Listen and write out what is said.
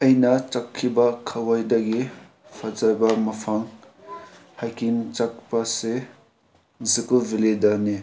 ꯑꯩꯅ ꯆꯠꯈꯤꯕ ꯈ꯭ꯋꯥꯏꯗꯒꯤ ꯐꯖꯕ ꯃꯐꯝ ꯍꯥꯏꯛꯀꯤꯡ ꯆꯠꯄꯁꯦ ꯖꯨꯀꯣ ꯚꯦꯜꯂꯤꯗꯅꯤ